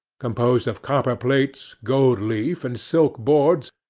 composed of copper-plates, gold leaf, and silk boards,